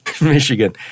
Michigan